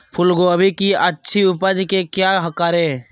फूलगोभी की अच्छी उपज के क्या करे?